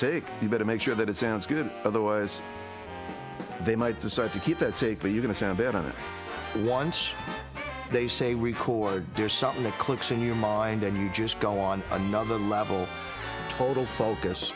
take you better make sure that it sounds good but there was they might decide to keep it safe but you going to sound it out once they say record there's something that clicks in your mind and you just go on another level total focus